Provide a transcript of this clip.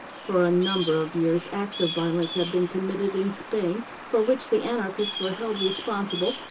for a number of years acts of violence had been committed in spain, for which the anarchists were held responsible,